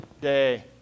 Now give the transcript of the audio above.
day